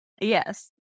Yes